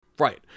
Right